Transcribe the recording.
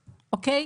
אוקיי,